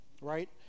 right